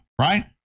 Right